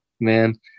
man